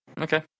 Okay